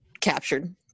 captured